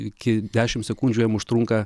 iki dešimt sekundžių jam užtrunka